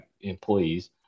employees